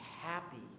happy